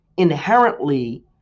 inherently